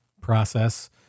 process